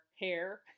hair